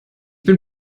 bin